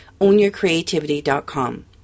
ownyourcreativity.com